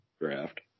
draft